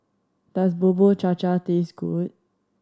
does Bubur Cha Cha taste good